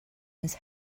his